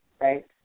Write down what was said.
right